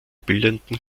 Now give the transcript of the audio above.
bildenden